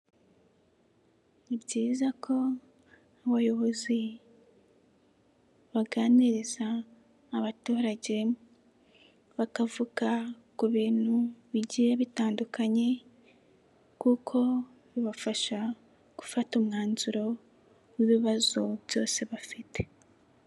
Ni byiza ko abayobozi baganiriza abaturage bakavuga ku bintu bigiye bitandukanye, kuko bibafasha gufata umwanzuro w'ibibazo byose bafite.